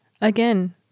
again